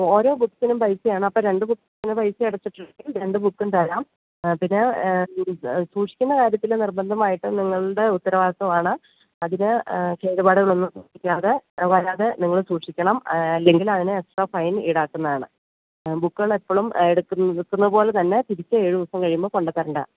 ഓരോ ബുക്സിനും പൈസയാണ് അപ്പം രണ്ട് ബുക്സിന് പൈസയടച്ചിട്ടുണ്ടെങ്കിൽ രണ്ട് ബുക്സ്സും തരാം അതിന് സൂക്ഷിക്കുന്ന കാര്യത്തിൽ നിർബന്ധമായിട്ടും നിങ്ങളുടെ ഉത്തരവാദിത്തമാണ് അതിന് കേടുപാടുകൾ ഒന്നും വരുത്തിക്കാതെ വരാതെ നിങ്ങൾ സൂക്ഷിക്കണം അല്ലെങ്കിൽ അതിന് എക്സ്ട്രാ ഫൈൻ ഈടാക്കുന്നതാണ് ബുക്കുകൾ എപ്പോളും എടുക്കുന്നത് ഇരിക്കുന്നത് പോലെ തന്നെ തിരിച്ച് ഏഴ് ദിവസം കഴിയുമ്പം കൊണ്ടുവന്ന് തരണം